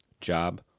Job